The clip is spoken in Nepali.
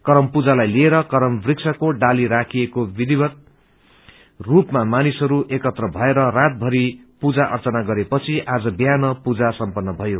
करम पूजालाई लिएर करम वृक्षको डाला राखी विधिवत रूपले मानिसहरू एकत्र भएर रातभरि पूजा अर्चना गरेपछि आज बिहान पूजा सम्पन्न भयो